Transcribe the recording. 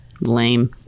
Lame